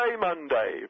Monday